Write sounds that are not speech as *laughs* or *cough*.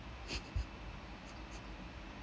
*laughs*